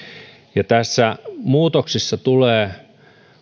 ja tässä muutoksessa tulee